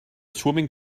swimming